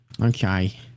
Okay